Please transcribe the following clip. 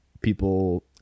people